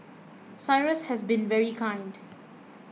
Cyrus has been very kind